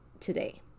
today